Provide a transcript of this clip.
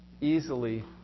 easily